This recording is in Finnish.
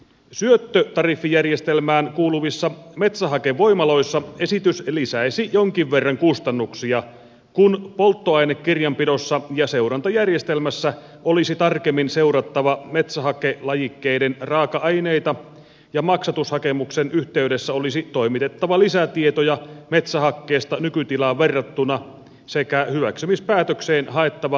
syöttötariffijärjestelmään kuuluvissa metsähakevoimaloissa esitys lisäisi jonkin verran kustannuksia kun polttoainekirjanpidossa ja seurantajärjestelmässä olisi tarkemmin seurattava metsähakejakeiden raaka aineita ja maksatushakemuksen yhteydessä olisi toimitettava lisätietoja metsähakkeesta nykytilaan verrattuna sekä hyväksymispäätökseen haettava muutosta